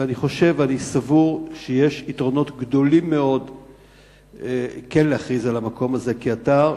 ואני חושב וסבור שיש יתרונות גדולים מאוד כן להכריז על המקום הזה כאתר,